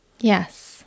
Yes